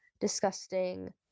disgusting